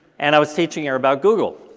and i was teaching her about google.